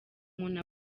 umuntu